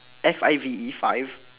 F I V E five